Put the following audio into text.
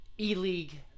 e-league